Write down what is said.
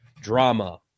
drama